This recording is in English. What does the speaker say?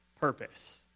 purpose